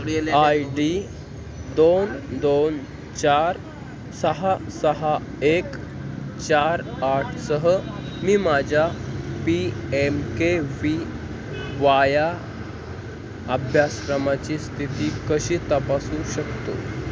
I D दोन दोन चार सहा सहा एक चार आठसह मी माझ्या P M K V via अभ्यासक्रमाची स्थिती कशी तपासू शकतो